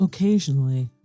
Occasionally